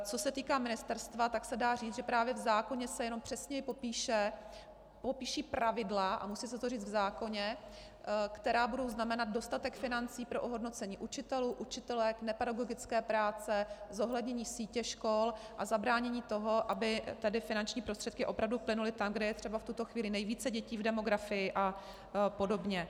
Co se týká ministerstva, tak se dá říct, že právě v zákoně se jenom přesněji popíší pravidla, a musí se to říct v zákoně, která budou znamenat dostatek financí pro ohodnocení učitelů, učitelek, nepedagogické práce, zohlednění sítě škol a zabránění toho, aby tady finanční prostředky opravdu plynuly tam, kde je třeba v tuto chvíli nejvíce dětí v demografii a podobně.